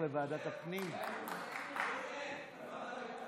(תוכנית לעמידות בפני רעידת אדמה ותוכנית